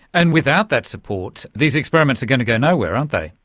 and without that support, these experiments are going to go nowhere, aren't they.